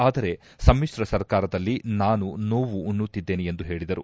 ಆದರೆ ಸಮ್ಹಿತ್ರ ಸರ್ಕಾರದಲ್ಲಿ ನಾನು ನೋವು ಉಣ್ಣುತ್ತಿದ್ದೇನೆ ಎಂದು ಹೇಳಿದರು